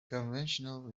conventional